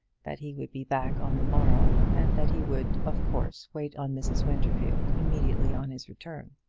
that he would be back on the morrow, and that he would of course wait on mrs. winterfield immediately on his return.